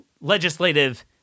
legislative